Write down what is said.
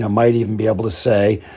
ah might even be able to say,